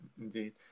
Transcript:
Indeed